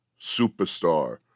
superstar